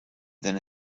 than